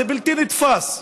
זה בלתי נתפס.